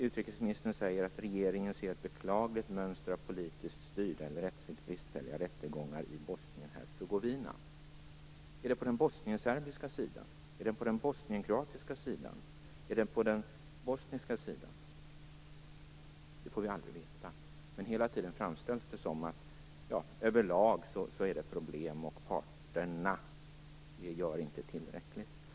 Utrikesministern säger att "regeringen ser ett beklagligt mönster av politiskt styrda eller rättsligt bristfälliga rättegångar i Bosnien Är det på den bosnienserbiska sidan? Är det på den bosnienkroatiska sidan? Är det på den bosniska sidan? Det får vi aldrig veta. Men hela tiden framställs det som att det över lag är problem och parterna gör inte tillräckligt.